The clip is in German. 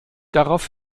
darauf